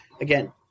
again